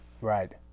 right